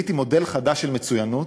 גיליתי מודל חדש של מצוינות,